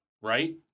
Right